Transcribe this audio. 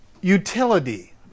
utility